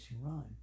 run